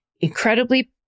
incredibly